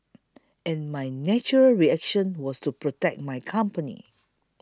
and my natural reaction was to protect my company